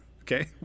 okay